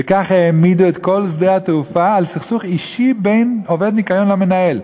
וכך העמידו את כל שדה התעופה על סכסוך אישי בין עובד ניקיון למנהל.